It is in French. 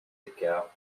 écarts